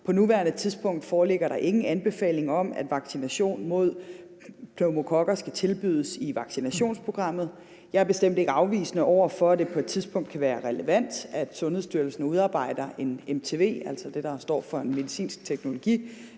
På nuværende tidspunkt foreligger der ingen anbefaling om, at vaccination mod pneumokokker skal tilbydes i vaccinationsprogrammet. Jeg er bestemt ikke afvisende over for, at det på et tidspunkt kan være relevant, at Sundhedsstyrelsen udarbejder en MTV, altså en medicinsk teknologivurdering,